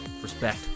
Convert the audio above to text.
Respect